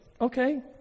okay